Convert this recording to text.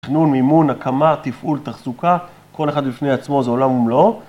תכנון, מימון, הקמה, תפעול, תחזוקה, כל אחד בפני עצמו זה עולם ומלואו